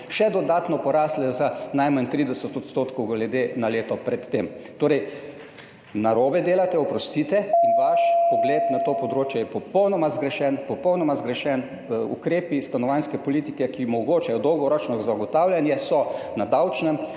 še dodatno porasle za najmanj 30 % glede na leto pred tem. Torej, narobe delate, oprostite, in vaš pogled na to področje je popolnoma zgrešen. Popolnoma zgrešen! Ukrepi stanovanjske politike, ki omogočajo dolgoročno zagotavljanje, so na davčnem